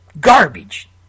garbage